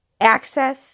access